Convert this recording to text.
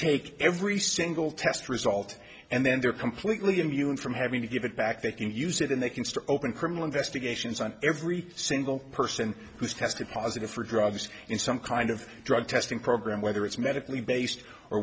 take every single test result and then they're completely immune from having to give it back they can use it and they can store open criminal investigations on every single person who's tested positive for drugs in some kind of drug testing program whether it's medically based or